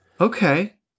Okay